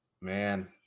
man